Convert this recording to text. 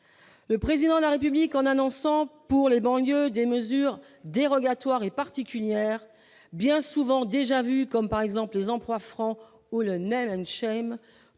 le président de la République en annonçant pour les banlieues, des mesures dérogatoires et particulière, bien souvent déjà vu, comme par exemple les emplois francs ou le Neiman schème